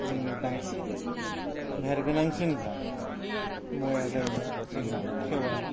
जोंनि बांसिन मेहेरगोनांसिन मुवाया जाहैबाय जोंना खेवालि